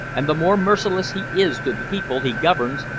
and the more merciless he is to the people he governs,